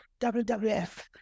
WWF